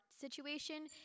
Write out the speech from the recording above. situation